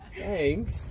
Thanks